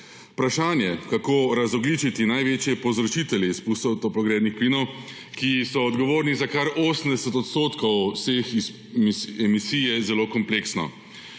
Vprašanje, kako razogljičiti največje povzročitelje izpustov toplogrednih plinov, ki so odgovorni za kar 80 odstotkov vseh emisij, je zelo kompleksno.